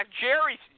Jerry